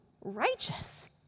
righteous